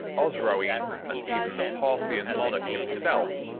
osrhoene, and even the parthian monarch himself,